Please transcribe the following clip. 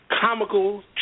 Comical